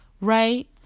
right